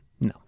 No